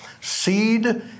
seed